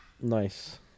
nice